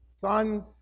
sons